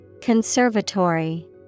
Conservatory